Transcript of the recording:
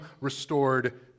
restored